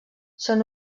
són